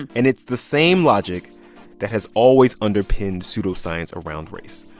and and it's the same logic that has always underpinned pseudoscience around race.